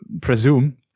presume